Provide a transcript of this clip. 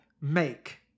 make